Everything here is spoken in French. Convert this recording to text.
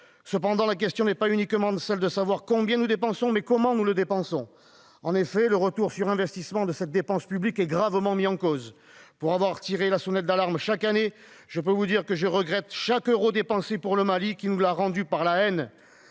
Cependant, nous ne devons pas seulement nous demander combien nous dépensons, mais aussi comment nous dépensons. En effet, le retour sur investissement de cette dépense publique est gravement mis en cause. Pour avoir tiré la sonnette d'alarme chaque année, je peux vous dire que je regrette chaque euro dépensé pour le Mali, qui nous aura offert en retour la haine,